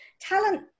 talent